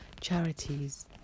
charities